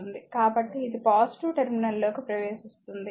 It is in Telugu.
కాబట్టి ఇది పాజిటివ్ టెర్మినల్లోకి ప్రవేశిస్తోంది